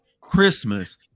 Christmas